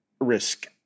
risk